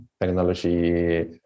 technology